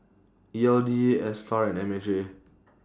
E L D ASTAR and M H A